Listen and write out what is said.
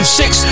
six